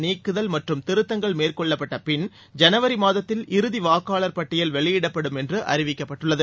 நீக்குதல் மற்றும் திருத்தங்கள் மேற்கொள்ளப்பட்டபின் ஜனவரி மாதத்தில் இறுதி வாக்காளர் பட்டியல் வெளியிடப்படும் என்று அறிவிக்கப்பட்டுள்ளது